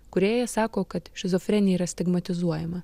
kūrėja sako kad šizofrenija yra stigmatizuojama